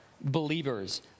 believers